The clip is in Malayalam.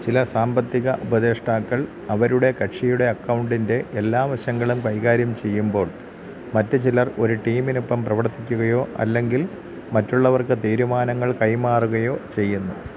ചില സാമ്പത്തിക ഉപദേഷ്ടാക്കൾ അവരുടെ കക്ഷിയുടെ അക്കൗണ്ടിൻ്റെ എല്ലാ വശങ്ങളും കൈകാര്യം ചെയ്യുമ്പോൾ മറ്റുചിലർ ഒരു ടീമിനൊപ്പം പ്രവർത്തിക്കുകയോ അല്ലെങ്കിൽ മറ്റുള്ളവർക്ക് തീരുമാനങ്ങൾ കൈമാറുകയോ ചെയ്യുന്നു